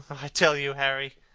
i tell you, harry,